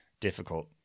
difficult